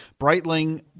Breitling